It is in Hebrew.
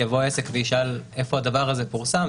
יבוא העסק וישאל: איפה הדבר הזה פורסם?